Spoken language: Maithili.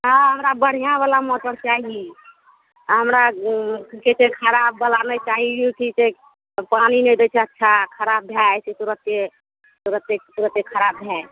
हँ हमरा बढ़िऑं बला मोटर चाही हमरा की कहै छै खराब बला नहि चाही पानि नहि दै छै अच्छा खराब भए जाइ छै तुरते तुरते तुरते खराब भए